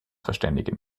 verständigen